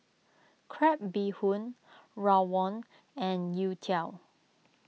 Crab Bee Hoon Rawon and Youtiao